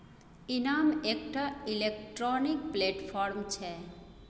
इनाम एकटा electronic platform छै